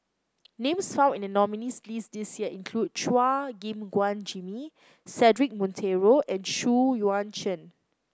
names found in the nominees' list this year include Chua Gim Guan Jimmy Cedric Monteiro and Xu Yuan Zhen